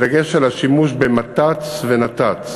בדגש על השימוש במת"צ ונת"צ,